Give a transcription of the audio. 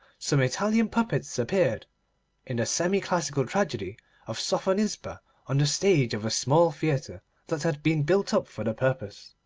some italian puppets appeared in the semi-classical tragedy of sophonisba on the stage of a small theatre that had been built up for the purpose.